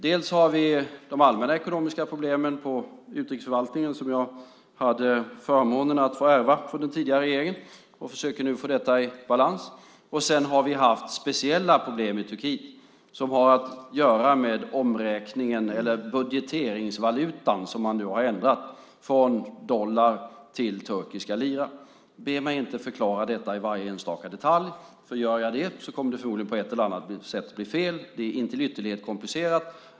Dels har vi de allmänna ekonomiska problemen på utrikesförvaltningen, som jag hade förmånen att få ärva från den tidigare regeringen. Vi försöker nu få detta i balans. Dels har vi haft speciella problem i Turkiet som har att göra med omräkningen eller budgeteringsvalutan, som man nu har ändrat från dollar till turkiska lira. Be mig inte förklara detta i varje enstaka detalj. Gör jag det kommer det förmodligen på ett eller annat sätt att bli fel. Det är till ytterlighet komplicerat.